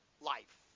life